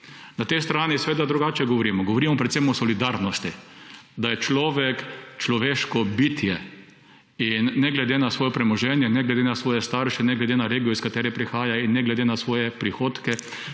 Na tej strani seveda drugače govorimo. Govorimo predvsem o solidarnosti, da je človek človeško bitje in ne glede na svoje premoženje, ne glede na svoje starše, ne glede na regijo, iz katere prihaja, in ne glede na svoje prihodke